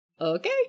Okay